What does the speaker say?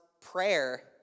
prayer